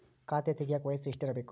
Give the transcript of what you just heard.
ಖಾತೆ ತೆಗೆಯಕ ವಯಸ್ಸು ಎಷ್ಟಿರಬೇಕು?